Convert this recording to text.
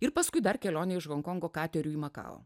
ir paskui dar kelionė iš honkongo kateriu į makao